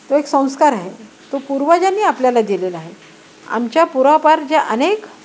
तो एक संस्कार ह आहे तो पूर्वजांनी आपल्याला दिलेला आहे आमच्या पुरपार ज्या अनेक